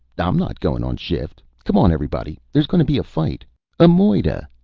i'm not goin' on shift. come on, everybody! there's gonna be a fight a moider.